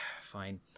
fine